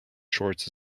shorts